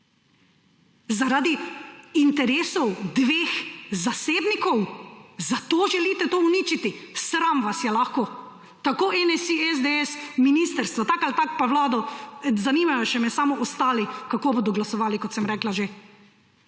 Zaradi interesov dveh zasebnikov, zato želite to uničiti? Sram vas je lahko, tako NSi, SDS kot ministrstvo, tako ali tako pa vlado! Zanimajo me samo še ostali, kako bodo glasovali, kot sem že rekla.